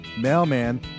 mailman